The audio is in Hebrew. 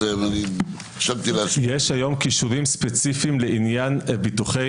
יש היום קישורים ספציפיים לעניין ביטוחי